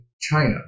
China